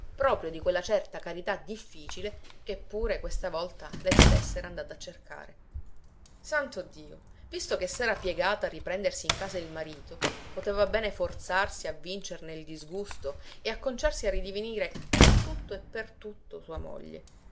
proprio di quella certa carità difficile che pure questa volta lei stessa era andata a cercare santo dio visto che s'era piegata a riprendersi in casa il marito poteva bene forzarsi a vincerne il disgusto e acconciarsi a ridivenire in tutto e per tutto sua moglie